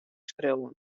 skriuwen